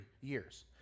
years